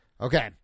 Okay